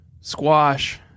Squash